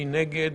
מי נגד?